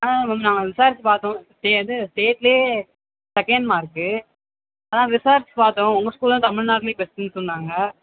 ஆமாம் மேம் நாங்கள் விசாரித்து பார்த்தோம் சே இது ஸ்டேட்லேயே செகண்ட் மார்க்கு அதான் விசாரித்து பார்த்தோம் உங்கள் ஸ்கூல் தான் தமிழ்நாட்டுலேயே பெஸ்ட்டுன்னு சொன்னாங்க